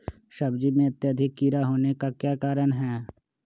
सब्जी में अत्यधिक कीड़ा होने का क्या कारण हैं?